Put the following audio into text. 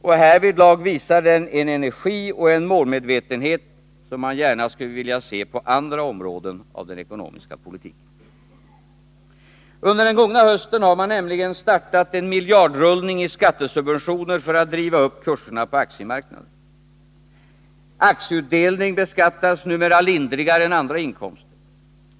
Och härvidlag visar den en energi och en målmedvetenhet man gärna skulle vilja se på andra områden av den ekonomiska politiken. Under den gångna hösten har man nämligen startat en miljardrullning i skattesubventioner för att driva upp kurserna på aktiemarknaden. Aktieutdelning beskattas numera lindrigare än andra inkomster.